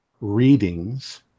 readings